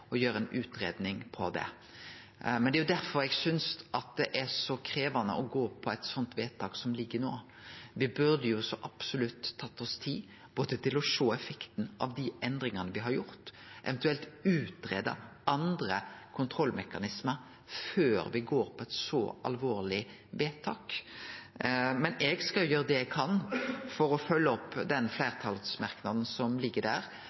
Det er derfor eg synest det er så krevjande å gå for eit sånt vedtak, slik det ligg føre no. Me burde så absolutt tatt oss tid, både til å sjå effekten av dei endringane me har gjort, og eventuelt greidd ut andre kontrollmekanismar, før me går for eit så alvorleg vedtak. Men eg skal gjere det eg kan for å følgje opp den fleirtalsmerknaden som ligg der,